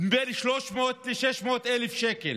של בין 300,000 ל-600,000 שקל,